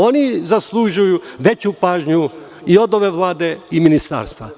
Oni zaslužuju veću pažnju i od ove Vlade i od ministarstva.